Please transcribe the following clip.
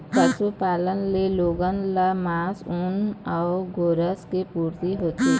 पशुपालन ले लोगन ल मांस, ऊन अउ गोरस के पूरती होथे